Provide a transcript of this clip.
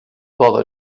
bother